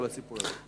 כל הסיפור הזה.